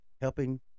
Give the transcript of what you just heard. helping